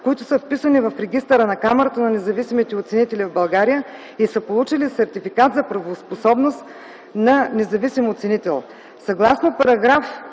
които са вписани в регистъра на Камарата на независимите оценители в България и са получили сертификат за правоспособност на независим оценител.